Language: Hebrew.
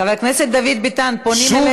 חבר הכנסת דוד ביטן, פונים אליך.